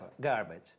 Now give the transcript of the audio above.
garbage